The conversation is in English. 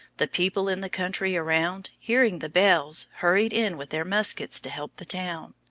the people in the country around, hearing the bells, hurried in with their muskets to help the town.